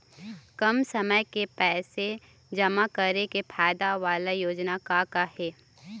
कम समय के पैसे जमा करे के फायदा वाला योजना का का हे?